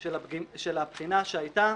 של הבחינה שהייתה